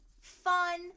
fun